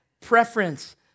preference